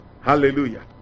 Hallelujah